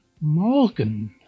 Morgen